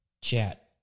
chat